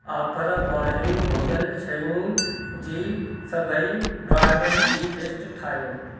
offer वारनि भुग॒ल शयुनि जी सभेई ब्रांडनि जी लिस्ट ठाहियो